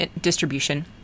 distribution